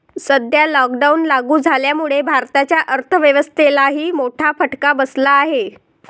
सध्या लॉकडाऊन लागू झाल्यामुळे भारताच्या अर्थव्यवस्थेलाही मोठा फटका बसला आहे